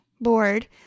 board